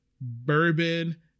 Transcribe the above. bourbon